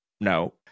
no